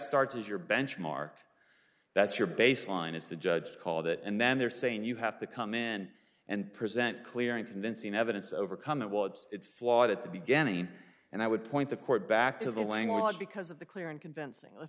starts as your benchmark that's your baseline is the judge called it and then they're saying you have to come in and present clear and convincing evidence overcome that what it's flawed at the beginning and i would point the court back to the language because of the clear and convincing